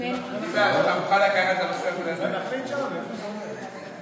אם אין הסכמה, נחליט שם לאן זה הולך.